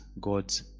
God's